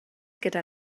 gyda